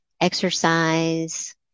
exercise